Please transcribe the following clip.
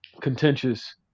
contentious